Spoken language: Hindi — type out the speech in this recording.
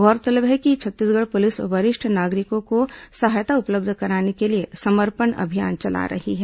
गौरतलब है कि छत्तीसगढ़ पुलिस वरिष्ठ नागरिकों को सहायता उपलब्ध कराने के लिए समर्पण अभियान चला रही है